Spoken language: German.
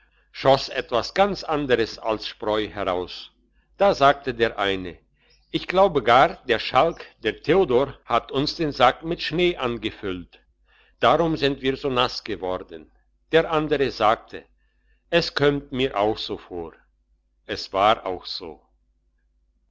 schoss etwas ganz anderes als spreu heraus da sagte der eine ich glaube gar der schalk der theodor hat uns den sack mit schnee angefüllt darum sind wir so nass geworden der andere sagte es kömmt mir auch so vor es war auch so